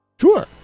Sure